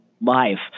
life